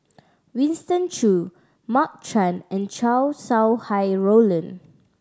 Winston Choo Mark Chan and Chow Sau Hai Roland